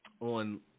on